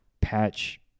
patch